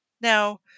Now